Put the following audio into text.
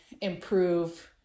improve